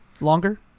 longer